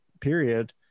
period